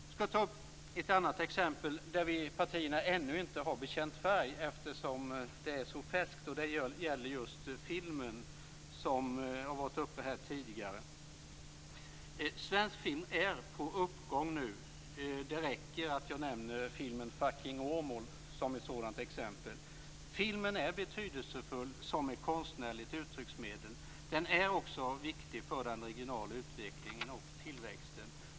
Jag skall ta upp ett annat exempel där partierna ännu inte har bekänt färg, eftersom det är så färskt. Det gäller just filmen, som har varit uppe här tidigare. Svensk film är på uppgång nu. Det räcker att jag nämner filmen Fucking Åmål som exempel. Filmen är betydelsefull som ett konstnärligt uttrycksmedel. Den är också av vikt för den regionala utvecklingen och tillväxten.